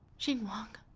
xinguang,